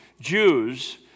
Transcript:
Jews